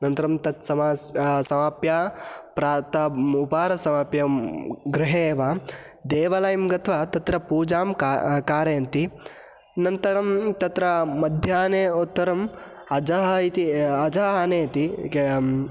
अनन्तरं तत् समाप्य समाप्य प्रातः उपाहारं समाप्य गृहे एव देवालयं गत्वा तत्र पूजां का कारयन्ति अनन्तरं तत्र मध्याह्ने उत्तरम् अजः इति अजः आनयति